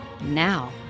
now